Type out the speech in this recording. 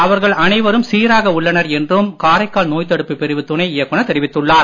அவர்கள் அனைவரும் சீராக உள்ளனர் என்றும் காரைக்கால் நோய்த் தடுப்புப் பிரிவு துணை இயக்குநர் தெரிவித்துள்ளார்